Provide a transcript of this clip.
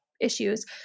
issues